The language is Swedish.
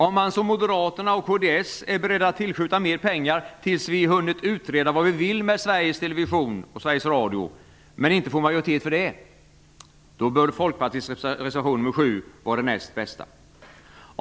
Om man som moderaterna och kds är beredd att tillskjuta mer pengar tills vi har hunnit utreda vad det är vi vill med Sveriges Television och Sveriges Radio, men inte kan få majoritet för detta, bör Folkpartiets reservation nr 7 vara det näst bästa alternativet.